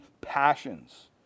passions